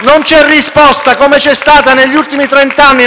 non c’è risposta, come c’è stato negli ultimi trent’anni